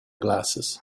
glasses